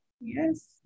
Yes